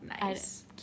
nice